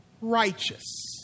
Righteous